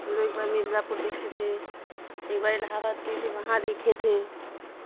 ہم لوگ ایک بار مرزا پور دیکھے تھے ایک بار الہ آباد گئے تھے وہاں دیکھے تھے